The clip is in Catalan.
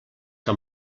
que